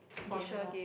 game more